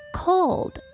cold